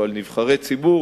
או על נבחרי ציבור,